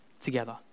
together